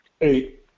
Eight